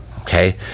Okay